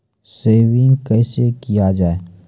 Saving कैसै किया जाय?